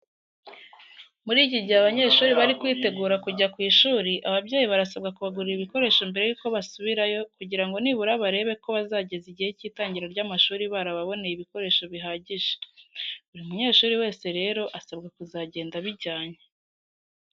Muri iki gihe abanyeshuri bari kwitegura kujya ku ishuri, ababyeyi barasabwa kubagurira ibikoresho mbere yuko bazubirayo kugira ngo nibura barebe ko bazageza igihe cy'itangira ry'amashuri barababoneye ibikoresho bihagije. Buri munyeshuri wese rero asabwa kuzagenda abijyanye.